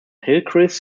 hillcrest